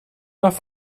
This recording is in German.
noch